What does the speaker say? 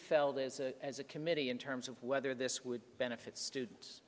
felt as a as a committee in terms of whether this would benefit students